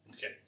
Okay